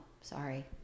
sorry